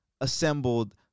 assembled